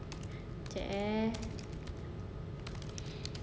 sekejap eh